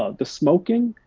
ah the smoking.